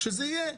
שזה יהיה כך,